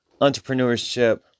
entrepreneurship